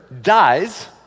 dies